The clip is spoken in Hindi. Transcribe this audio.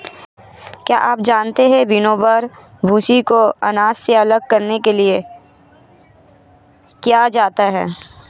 क्या आप जानते है विनोवर, भूंसी को अनाज से अलग करने के लिए किया जाता है?